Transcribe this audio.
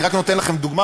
אני רק נותן לכם דוגמה,